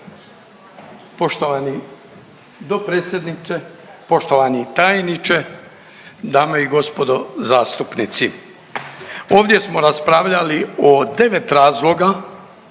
Poštovani dopredsjedniče, poštovani tajniče, dame i gospodo zastupnici. Ovdje smo raspravljali o devet razloga